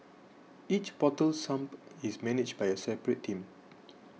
each portal sump is managed by a separate team